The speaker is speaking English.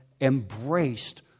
embraced